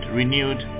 renewed